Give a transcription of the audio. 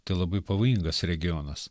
tai labai pavojingas regionas